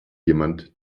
jemand